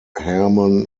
harmon